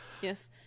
yes